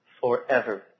forever